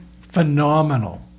Phenomenal